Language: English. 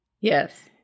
Yes